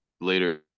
later